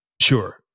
Sure